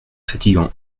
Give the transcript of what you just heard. fatigant